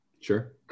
Sure